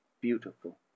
beautiful